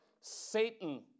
Satan